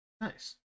Nice